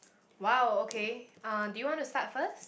!wow! okay uh do you want to start first